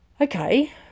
Okay